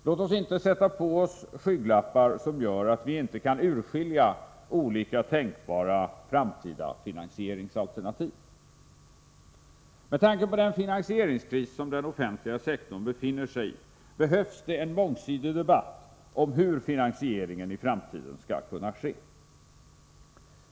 Låt oss inte sätta på oss skygglappar som gör att vi inte kan urskilja olika tänkbara framtida finansieringsalternativ. Med tanke på den finansieringskris som den offentliga sektorn befinner sig i behövs det en mångsidig debatt om hur finansieringen i framtiden skall kunna ske.